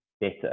better